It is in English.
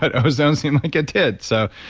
but ozone seemed like it did. so,